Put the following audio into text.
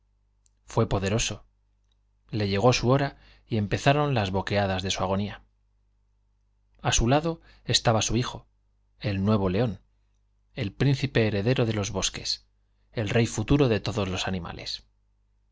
caverna fué le llegó su hora y empezaron las poderoso boqueadas de su agonía a su lado estaba su hijo el nuevo león el príncipe los heredero de los bosques el rey futuro de todos animales